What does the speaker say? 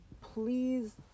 please